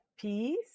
peace